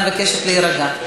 אני מבקשת להירגע.